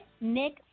Nick